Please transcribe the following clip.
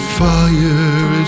fire